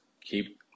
Keep